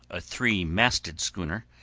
a three-masted schooner,